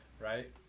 right